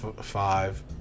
Five